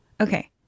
okay